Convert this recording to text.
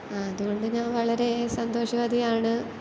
അതുകൊണ്ട് ഞാൻ വളരെ സന്തോഷവതിയാണ്